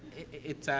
it's, ah,